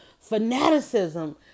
fanaticism